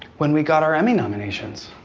when we got our emmy nominations.